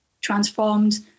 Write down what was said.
transformed